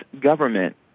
government